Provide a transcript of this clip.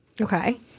Okay